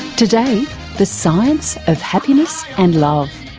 today the science of happiness and love.